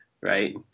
right